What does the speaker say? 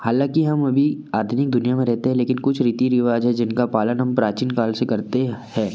हालांकि हम अभी आधुनिक दुनिया में रहते हैं लेकिन कुछ रीति रिवाज हैं जिनका पालन हम प्राचीन काल से करते हैं